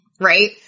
Right